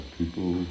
people